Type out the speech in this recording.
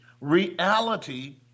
reality